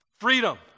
Freedom